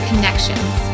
connections